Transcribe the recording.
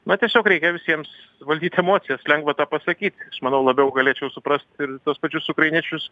na tiesiog reikia visiems valdyt emocijas lengva tą pasakyt manau labiau galėčiau suprast ir tuos pačius ukrainiečius